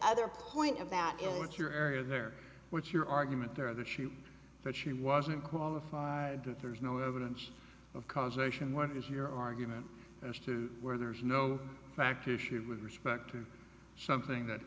other point about what your area there which your argument there that she that she wasn't qualified that there is no evidence of causation what is your argument as to where there is no back issue with respect to something that